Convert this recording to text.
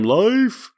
life